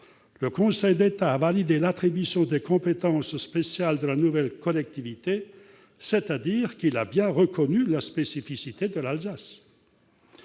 le Conseil d'État a validé l'attribution des compétences spéciales de la nouvelle collectivité, reconnaissant ainsi la spécificité de l'Alsace ;